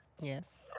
Yes